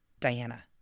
Diana